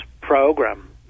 program